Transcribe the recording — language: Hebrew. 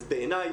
אז בעיניי,